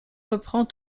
reprend